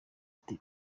ati